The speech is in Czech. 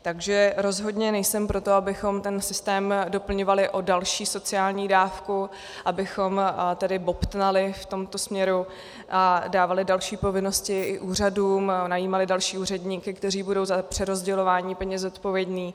Takže rozhodně nejsem pro to, abychom ten systém doplňovali o další sociální dávku, abychom tedy bobtnali v tomto směru a dávali další povinnosti úřadům, najímali další úředníky, kteří budou za přerozdělování peněz zodpovědní.